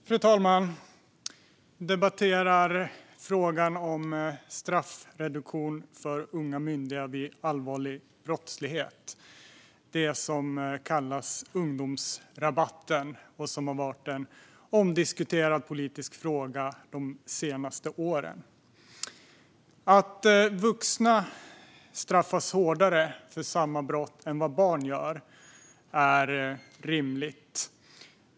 Fru talman! Vi debatterar frågan om straffreduktion för unga myndiga vid allvarlig brottslighet, det som kallas ungdomsrabatten, och som har varit en omdiskuterad politisk fråga under de senaste åren. Att vuxna straffas hårdare för samma brott än barn är rimligt.